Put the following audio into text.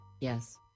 yes